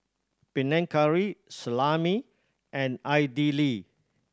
Panang Curry Salami and Idili